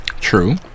True